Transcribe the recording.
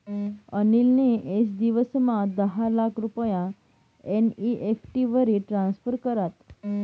अनिल नी येक दिवसमा दहा लाख रुपया एन.ई.एफ.टी वरी ट्रान्स्फर करात